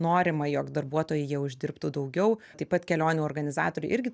norima jog darbuotojai jie uždirbtų daugiau taip pat kelionių organizatoriai irgi